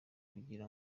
kugira